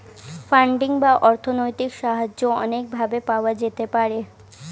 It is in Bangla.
ফান্ডিং বা অর্থনৈতিক সাহায্য অনেক ভাবে পাওয়া যেতে পারে